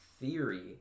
theory